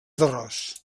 d’arròs